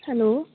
hello